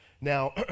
Now